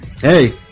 hey